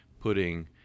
putting